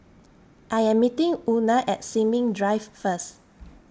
I Am meeting Una At Sin Ming Drive First